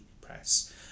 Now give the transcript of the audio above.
press